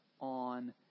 on